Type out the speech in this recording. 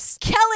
Kelly